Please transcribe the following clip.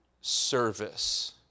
service